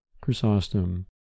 Chrysostom